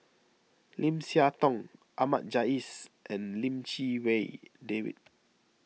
Lim Siah Tong Ahmad Jais and Lim Chee Wai David